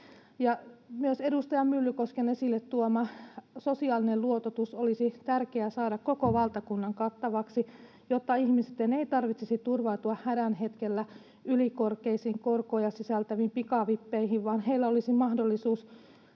Myös edustaja Myllykosken esille tuoma sosiaalinen luototus olisi tärkeää saada koko valtakunnan kattavaksi, jotta ihmisten ei tarvitsisi turvautua hädän hetkellä ylikorkeita korkoja sisältäviin pikavippeihin, vaan heillä olisi mahdollisuus